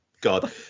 god